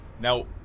Now